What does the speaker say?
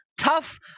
tough